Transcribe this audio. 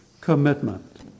commitment